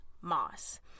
Moss